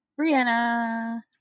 Brianna